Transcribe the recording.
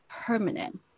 permanent